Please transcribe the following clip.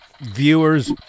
viewers